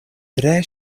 tre